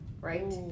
right